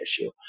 issue